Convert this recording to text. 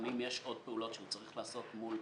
לפעמים יש עוד פעולות שהוא צריך לעשות מול